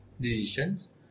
decisions